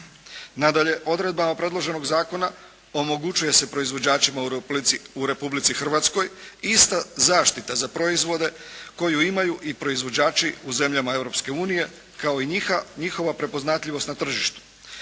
Nadalje, odredbama predloženog zakona omogućuje se proizvođačima u Republici Hrvatskoj ista zaštita za proizvode koju imaju i proizvođači u zemljama Europske unije kao i njihova prepoznatljivost na tržištu.